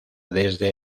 desde